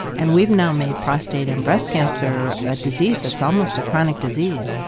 and we've now made prostate and breast cancer a disease that's almost a chronic disease,